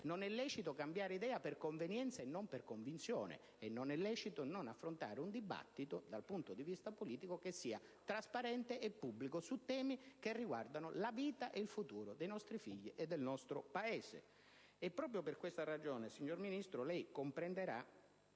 non è lecito cambiare idea per convenienza e non per convinzione, e non è lecito non affrontare un dibattito dal punto di vista politico che sia trasparente e pubblico su temi che riguardano la vita e il futuro dei nostri figli e del nostro Paese. Proprio per questa ragione, signor Ministro, lei comprenderà